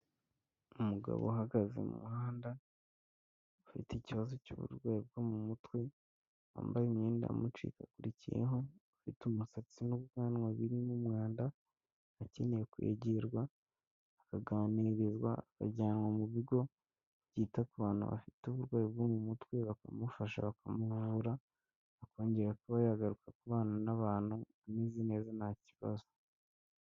Umugabo uhagaze mu muhanda, ufite ikibazo cy'uburwayi bwo mu mutwe, wambaye imyenda yamucikakurikiyeho, ufite umusatsi n'ubwanwa birimo mwanda, akeneye kwegerwa akaganirizwa akajyanwa mu bigo byita ku bantu bafite uburwayi bwo mu mutwe, bakamufasha bakamuburara, akongera kuba yagaruka kubana n'abantu ameze neza nta kibazo.